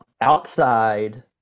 outside